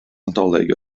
nadolig